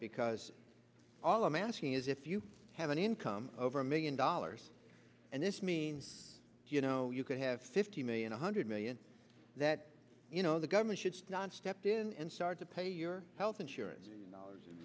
because all i'm asking is if you have an income over a million dollars and this means you know you could have fifty million one hundred million that you know the government should stand stepped in and start to pay your health insurance dollars in